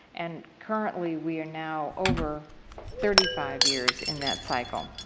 and currently we are now over thirty five years in that cycle.